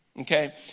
okay